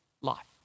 life